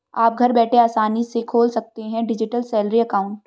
आप घर बैठे आसानी से खोल सकते हैं डिजिटल सैलरी अकाउंट